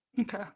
okay